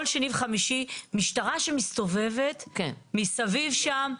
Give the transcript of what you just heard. שני וחמישי משטרה שמסתובבת מסביב שם.